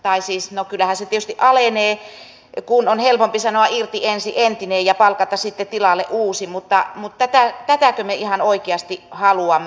tai siis no kyllähän se tietysti alenee kun on helpompi sanoa irti ensin entinen ja palkata sitten tilalle uusi mutta tätäkö me ihan oikeasti haluamme